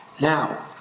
Now